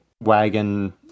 wagon